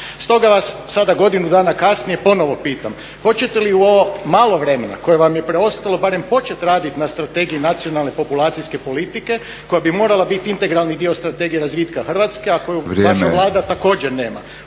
Stoga vas sada godinu dana kasnije ponovno pitam, hoćete li u ovo malo vremena koje vam je preostalo barem početi raditi na strategiji nacionalne populacijske politike koja bi morala biti integralni dio strategije razvitka Hrvatske … …/Upadica Batnić: